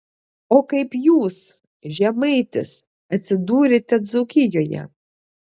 o kaip jūs žemaitis atsidūrėte dzūkijoje